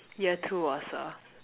year two was a